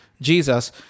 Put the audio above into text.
Jesus